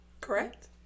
correct